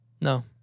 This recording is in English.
No